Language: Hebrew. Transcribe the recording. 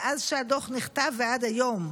מאז שהדוח נכתב ועד היום.